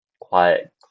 quiet